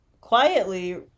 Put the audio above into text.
quietly